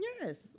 Yes